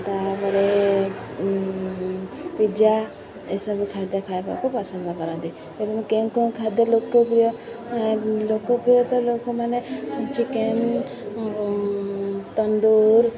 ତା'ପରେ ପିଜ୍ଜା ଏସବୁ ଖାଦ୍ୟ ଖାଇବାକୁ ପସନ୍ଦ କରନ୍ତି ଏବଂ କେଉଁ କେଉଁ ଖାଦ୍ୟ ଲୋକପ୍ରିୟ ଲୋକପ୍ରିୟତା ଲୋକମାନେ ଚିକେନ ତନ୍ଦୁର